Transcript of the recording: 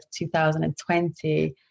2020